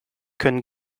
können